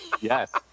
yes